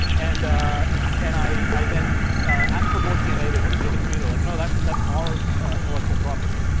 and and i i then asked for more dna. they wouldn't give in to me. they're like, no, that's that's our intellectual property.